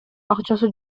акчасы